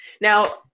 Now